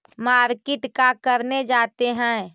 Market का करने जाते हैं?